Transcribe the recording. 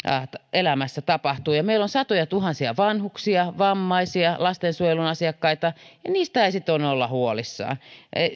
elämässä tapahtuu meillä on satojatuhansia vanhuksia vammaisia lastensuojelun asiakkaita ja niistä ei sitten olla huolissaan